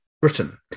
Britain